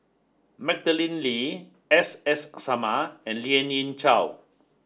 Madeleine Lee S S Sarma and Lien Ying Chow